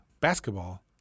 Basketball